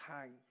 hang